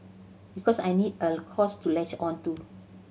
because I need a cause to latch on to